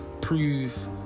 Prove